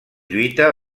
lluita